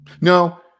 No